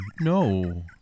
No